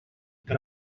que